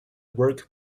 work